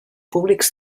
públics